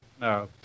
no